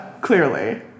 clearly